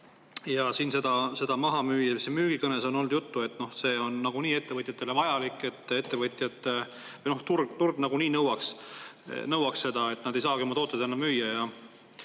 Ja siin seda maha müües müügikõnes on olnud juttu, et see on nagunii ettevõtjatele vajalik, et turg nagunii nõuaks seda, et nad ei saagi oma tooteid enam müüa